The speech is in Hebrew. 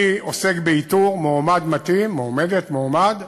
אני עוסק באיתור מועמד מתאים, מועמדת, מועמד,